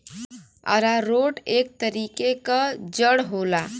आरारोट एक तरीके क जड़ होला